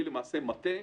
זהו מטה,